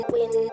Win